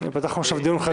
זאת בקשה לדיון?